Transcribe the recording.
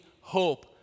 hope